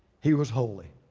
he was holy.